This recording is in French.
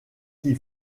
qui